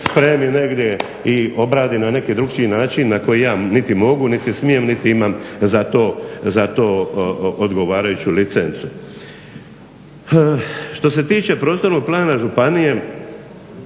spremi negdje i obradi na neki drukčiji način na koji ja niti mogu, niti smijem niti imam za to odgovarajuću licencu. Što se tiče prostornog plana županije,